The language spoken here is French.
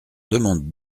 demande